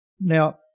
Now